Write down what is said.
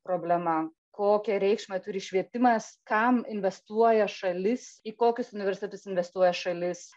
problema kokią reikšmę turi švietimas kam investuoja šalis į kokius universitetus investuoja šalis